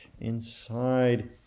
inside